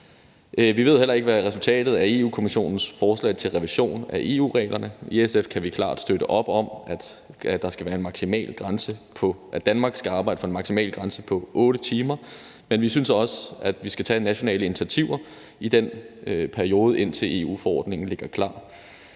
Vi ved heller ikke, hvad resultatet af Europa-Kommissionens forslag til revision af EU-reglerne er. I SF kan vi klart støtte op om, at Danmark skal arbejde for en maksimal grænse på 8 timer, men vi synes også, at vi skal tage nationale initiativer i den periode, der går, indtil EU-forordningen ligger klar.